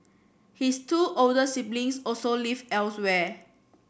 his two older siblings also live elsewhere